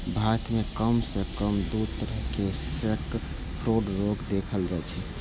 भारत मे कम सं कम दू तरहक सैकब्रूड रोग देखल जाइ छै